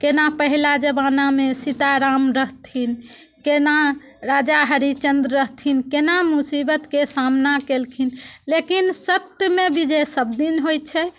केना पहिला जमानामे सीता राम रहथिन केना राजा हरिश्चन्द्र रहथिन केना मुसीबतके सामना केलखिन लेकिन सत्यमे विजय सभदिन होइत छै